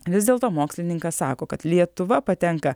vis dėlto mokslininkas sako kad lietuva patenka